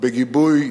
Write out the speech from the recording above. בגיבוי